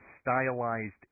stylized